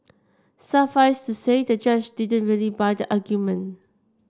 suffice to say the judge didn't really buy the argument